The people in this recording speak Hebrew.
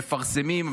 ומפרסמים,